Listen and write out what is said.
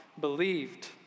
believed